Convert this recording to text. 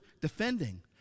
defending